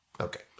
Okay